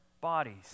bodies